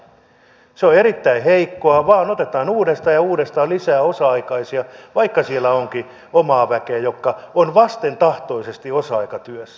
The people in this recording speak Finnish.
se on erittäin heikkoa vaan otetaan uudestaan ja uudestaan lisää osa aikaisia vaikka siellä onkin omaa väkeä joka on vastentahtoisesti osa aikatyössä